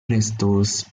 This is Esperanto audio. restos